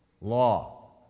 Law